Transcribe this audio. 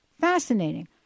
Fascinating